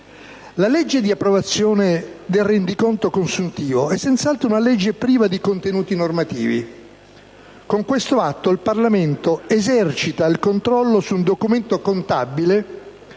«La legge di approvazione del rendiconto consuntivo è senz'altro un legge priva di contenuti normativi. Con questo atto il Parlamento esercita un controllo sul documento contabile